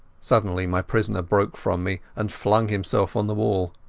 suddenly my prisoner broke from me and flung himself on the wall.